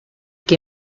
que